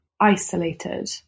isolated